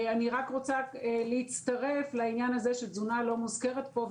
אני רוצה להצטרף לעניין הזה שתזונה לא מוזכרת פה,